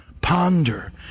Ponder